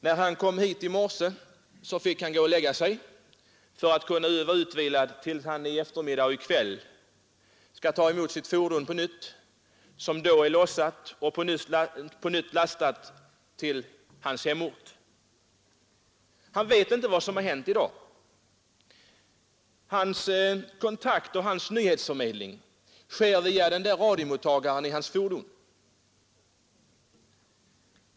När han kom hit i morse, fick han gå och lägga sig för att vara utvilad när han i eftermiddag eller i kväll skall ta emot sitt fordon, som då är lossat och på nytt lastat för återfärd till hans hemort. Han vet inte vad som har hänt i dag. Hans nyhetsförmedling sker via radiomottagaren i hans fordon.